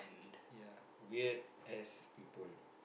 ya weird ass people